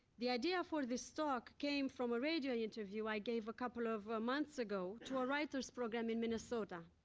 the idea for this talk came from a radio interview i gave a couple of months ago to a writers program in minnesota.